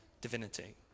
divinity